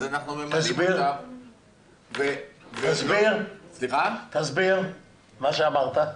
אז אנחנו --- תסביר מה שאמרת.